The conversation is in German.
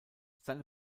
seine